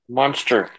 monster